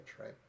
right